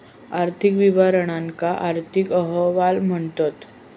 आर्थिक विवरणांका आर्थिक अहवाल म्हणतत